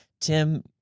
Tim